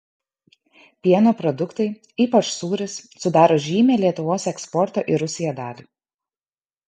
pieno produktai ypač sūris sudaro žymią lietuvos eksporto į rusiją dalį